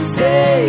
say